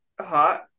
Hot